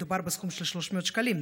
מדובר בסכום של 300 שקלים,